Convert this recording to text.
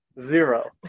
Zero